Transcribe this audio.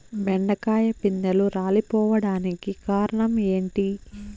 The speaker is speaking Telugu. బెండకాయ పిందెలు రాలిపోవడానికి కారణం ఏంటి?